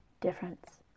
difference